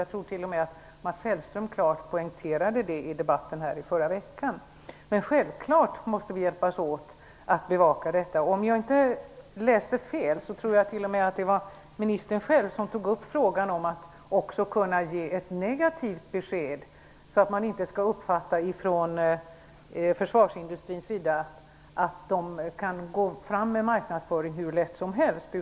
Jag tror till och med att Mats Hellström klart poängterade det i debatten i förra veckan. Men självklart måste vi hjälpas åt att bevaka detta. Om jag inte läste fel tror jag till och med att det var ministern själv som tog upp frågan om att också kunna ge ett negativt besked, så att man inte från försvarsindustrins sida skall uppfatta att man kan gå fram med marknadsföring hur lätt som helst.